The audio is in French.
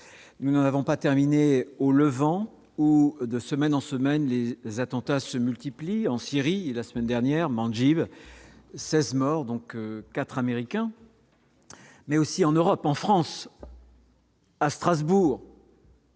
nous n'en avons pas terminé au Levant ou de semaine en semaine, les attentats se multiplient en Syrie la semaine dernière 16 morts donc, 4 Américains mais aussi en Europe, en France. à Strasbourg.